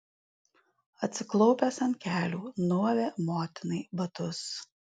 atsiklaupęs ant kelių nuavė motinai batus